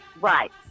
Right